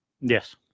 yes